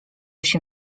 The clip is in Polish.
się